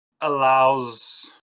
allows